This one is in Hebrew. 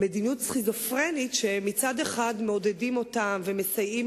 למדיניות סכיזופרנית: מצד אחד מעודדים אותם ומסייעים